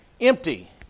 empty